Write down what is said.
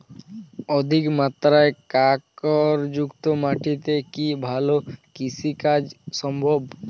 অধিকমাত্রায় কাঁকরযুক্ত মাটিতে কি ভালো কৃষিকাজ সম্ভব?